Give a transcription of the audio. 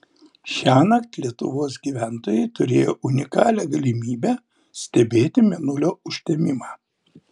šiąnakt lietuvos gyventojai turėjo unikalią galimybę stebėti mėnulio užtemimą